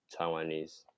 Taiwanese